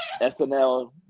SNL